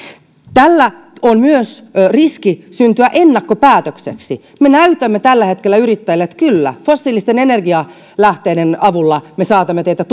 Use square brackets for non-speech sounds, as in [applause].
tällä on myös riski syntyä ennakkopäätökseksi me näytämme tällä hetkellä yrittäjille että kyllä fossiilisten energialähteiden avulla me saatamme teitä [unintelligible]